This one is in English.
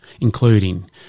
including